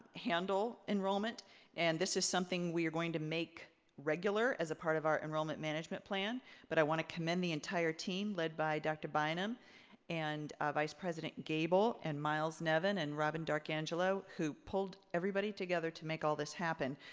handle enrollment and this is something we are going to make regular as a part of enrollment management plan but i want to commend the entire team led by dr. bynum and um and vice president gabel and miles nevin and robin darkangelo who pulled everybody together to make all this happen.